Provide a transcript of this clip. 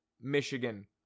Michigan